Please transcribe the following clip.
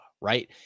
right